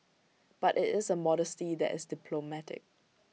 but IT is A modesty that is diplomatic